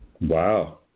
Wow